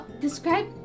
describe